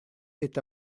est